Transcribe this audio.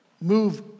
move